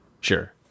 Sure